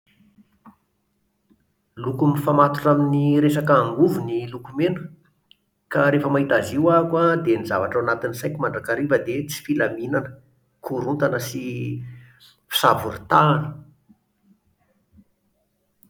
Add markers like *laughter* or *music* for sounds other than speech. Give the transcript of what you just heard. Loko mifamatotra amin'ny resaka angovo ny loko mena. Ka rehefa mahita azy io ah-ako an, dia ny zavatra ao anatin'ny saiko mandrakariva dia tsy filaminana, korontana sy *hesitation* fisavoritahana